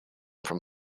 from